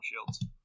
Shields